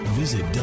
visit